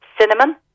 Cinnamon